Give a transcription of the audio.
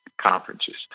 conferences